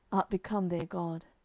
art become their god.